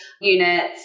units